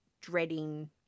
dreading